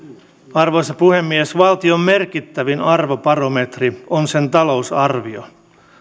arvoisa puhemies valtion merkittävin arvobarometri on sen talousarvio